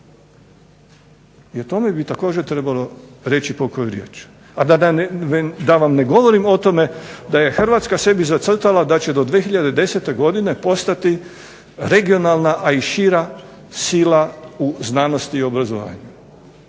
I o tome bi također trebalo reći po koju riječ, a da vam ne govorim o tome da je Hrvatska sebi zacrtala da će do 2010. godine postati regionalna a i šira sila u znanosti i obrazovanju.